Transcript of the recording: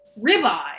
ribeye